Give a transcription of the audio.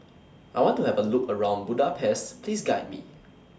I want to Have A Look around Budapest Please Guide Me